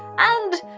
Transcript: and,